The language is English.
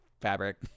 fabric